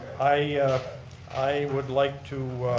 i i would like to